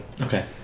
okay